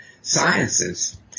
sciences